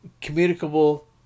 communicable